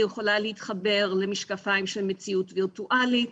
היא יכולה להתחבר למשקפיים של מציאות וירטואלית.